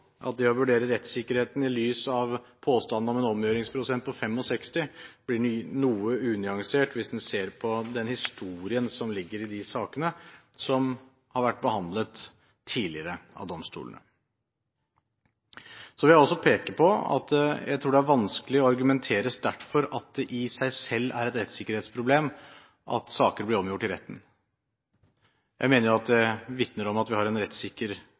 at det å vurdere rettssikkerheten i lys av påstanden om en omgjøringsprosent på 65 blir noe unyansert hvis man ser på historien som ligger i de sakene som har vært behandlet tidligere av domstolene. Jeg vil også peke på at jeg tror det er vanskelig å argumentere sterkt for at det i seg selv er et rettssikkerhetsproblem at saker blir omgjort i retten. Jeg mener det vitner om at vi har en